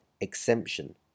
exemption